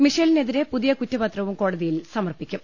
മിഷേലിനെതിരെ പുതിയ കുറ്റപത്രവും കോടതിയിൽ സമർപിക്കും